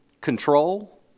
Control